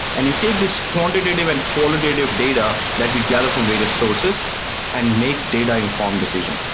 and you take this quantitative and qualitative data that we gather from various sources and make data informed decision.